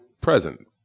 present